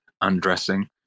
undressing